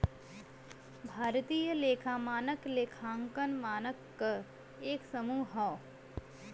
भारतीय लेखा मानक लेखांकन मानक क एक समूह हौ